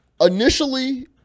Initially